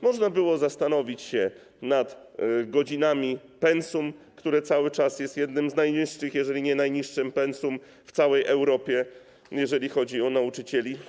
Można było zastanowić się nad godzinami pensum, które cały czas jest jednym z najniższych, jeżeli nie najniższym pensum w całej Europie, jeżeli chodzi o nauczycieli.